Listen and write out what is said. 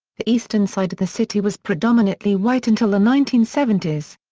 the eastern side of the city was predominately white until the nineteen seventy s.